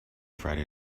friday